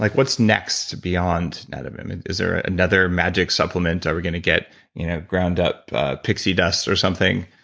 like what's next beyond nadovim? and is there ah another magic supplement? are we going to get you know ground up pixie dust or something?